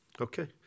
Okay